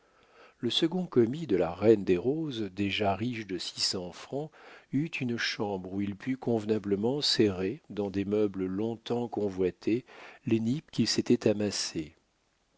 le second commis de la reine des roses déjà riche de six cents francs eut une chambre où il put convenablement serrer dans des meubles long-temps convoités les nippes qu'il s'était amassées